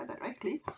directly